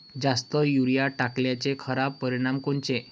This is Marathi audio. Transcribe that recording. जास्त युरीया टाकल्याचे खराब परिनाम कोनचे?